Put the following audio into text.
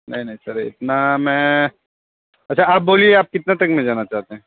नहीं नहीं सर इतना में अच्छा आप बोलिए आप कितना तक में जाना चाहते हैं